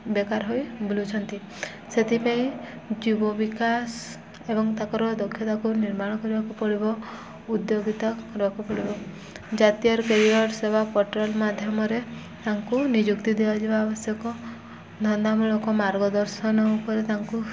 ବେକାର ହୋଇ ବୁଲୁଛନ୍ତି ସେଥିପାଇଁ ଯୁବ ବିକାଶ ଏବଂ ତାଙ୍କର ଦକ୍ଷତାକୁ ନିର୍ମାଣ କରିବାକୁ ପଡ଼ିବ ଉଦ୍ୟୋଗତା କରିବାକୁ ପଡ଼ିବ ଜାତୀୟର କ୍ୟାରିିୟର୍ ସେବା ପେଟ୍ରୋଲ ମାଧ୍ୟମରେ ତାଙ୍କୁ ନିଯୁକ୍ତି ଦିଆଯିବା ଆବଶ୍ୟକ ଧନ୍ଦାମୂଳକ ମାର୍ଗଦର୍ଶନ ଉପରେ ତାଙ୍କୁ